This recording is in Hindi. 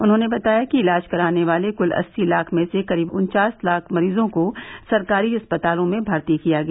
उन्होंने बताया कि इलाज कराने वाले कल अस्सी लाख में से करीब उन्वास लाख मरीजों को सरकारी अस्पतालों में भर्ती किया गया